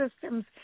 Systems